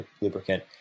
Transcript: lubricant